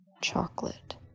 chocolate